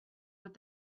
with